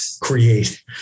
create